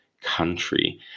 country